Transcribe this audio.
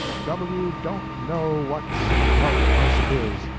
w. don't know what sick-heartedness is,